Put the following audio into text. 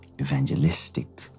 evangelistic